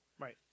right